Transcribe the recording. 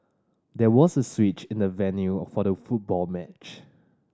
there was a switch in the venue for the football match